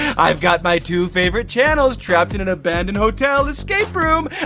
i've got my two favorite channels trapped in an abandoned hotel escape room!